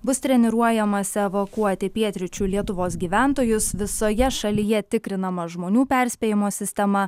bus treniruojamasi evakuoti pietryčių lietuvos gyventojus visoje šalyje tikrinama žmonių perspėjimo sistema